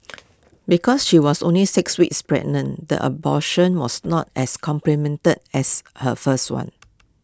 because she was only six weeks pregnant the abortion was not as complemented as her first one